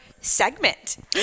segment